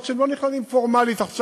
אף-על-פי שהם לא נכללים פורמלית עכשיו,